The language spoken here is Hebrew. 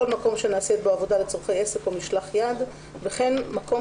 כל מקום שנעשית בו עבודה לצורכי עסק או משלח יד וכן מקום